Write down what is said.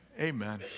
Amen